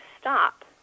stop